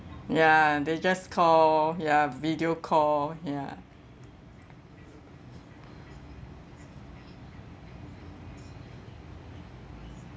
ya they just call ya video call ya